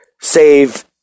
save